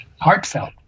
heartfelt